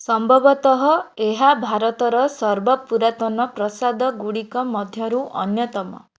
ସମ୍ଭବତଃ ଏହା ଭାରତର ସର୍ବପୁରାତନ ପ୍ରାସାଦଗୁଡ଼ିକ ମଧ୍ୟରୁ ଅନ୍ୟତମ